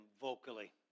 vocally